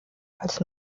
als